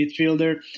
midfielder